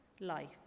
life